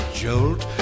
jolt